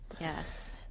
Yes